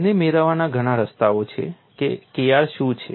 તેને મેળવવાના ઘણા રસ્તાઓ છે કે Kr શું છે